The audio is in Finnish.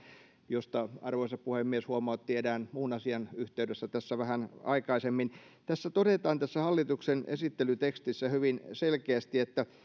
mistä arvoisa puhemies huomautti erään muun asian yhteydessä tässä vähän aikaisemmin tässä hallituksen esittelytekstissä todetaan hyvin selkeästi